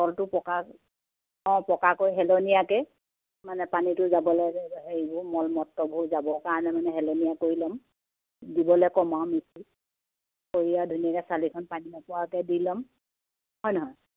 তলটো পকা অঁ পকা কৰি হেলনীয়াকে মানে পানীটো যাবলে হেৰিবোৰ মল মুত্ৰবোৰ যাবৰ কাৰণে মানে হেলনীয়া কৰি ল'ম দিবলৈ কম আৰু মিস্ত্ৰীক কৰি ধুনীয়াকৈ চালিখন পানী নপোৱাকে দি ল'ম হয় নহয়